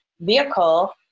vehicle